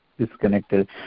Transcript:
Disconnected